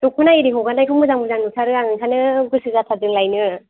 दख'ना इरि हगारनायखौ मोजां मोजां नुथारो आं ओंखाइनो गोसो जाथारदों लायनो